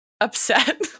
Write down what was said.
upset